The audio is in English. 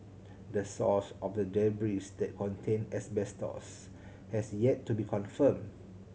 the source of the debris that contain asbestos has yet to be confirmed